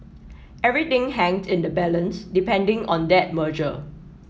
everything hangs in the balance depending on that merger